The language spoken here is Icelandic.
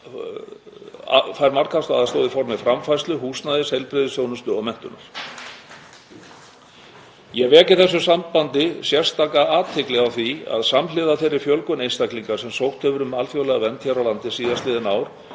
landi, margháttaða aðstoð í formi framfærslu, húsnæðis, heilbrigðisþjónustu og menntunar. Ég vek í þessu sambandi sérstaka athygli á því að samhliða þeirri fjölgun einstaklinga sem sótt hefur um alþjóðlega vernd hér á landi síðastliðin ár